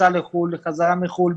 טיסה לחו"ל וחזרה מחו"ל,